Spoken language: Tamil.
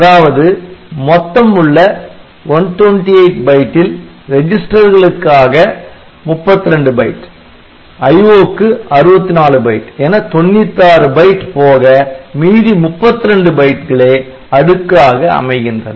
அதாவது மொத்தம் உள்ள 128 பைட்டில் ரெஜிஸ்டர் களுக்காக 32 பைட் IO க்கு 64 பைட் என 96 பைட் போக மீதி 32 பைட்களே அடுக்காக அமைகின்றன